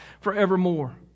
forevermore